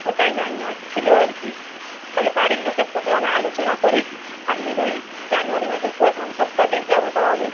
ওটাই ছিল আর কি তাহলে বাড়ির লোকের সাথে মানে আলোচনা করি আপনার ওই জানুয়ারি মাসের প্রথম সপ্তাহতেই যাব তাহলে